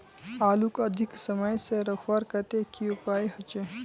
आलूक अधिक समय से रखवार केते की उपाय होचे?